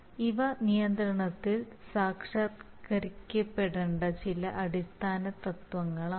അതിനാൽ ഇവ നിയന്ത്രണത്തിൽ സാക്ഷാത്കരിക്കപ്പെടേണ്ട ചില അടിസ്ഥാന തത്വങ്ങളാണ്